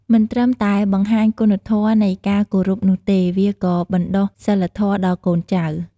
មិនត្រឹមតែបង្ហាញគុណធម៌នៃការគោរពនោះទេ វាក៏បណ្តុះសីលធម៌ដល់កូនចៅ។